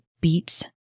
beats